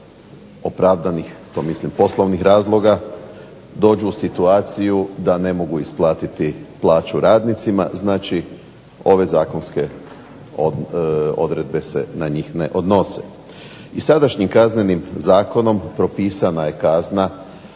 to mislim poslovnih razloga, dođu u situaciju da ne mogu isplatiti plaću radnicima. Znači ove zakonske odredbe se na njih ne odnose. I sadašnjim Kaznenim zakonom propisana je kazna